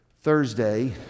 Thursday